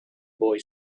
boy